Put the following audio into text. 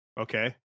Okay